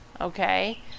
Okay